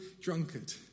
drunkard